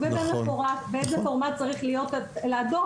ובמפורט באיזה פורמט צריך להיות הדוח.